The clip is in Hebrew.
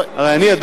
אבל אני,